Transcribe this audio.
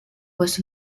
was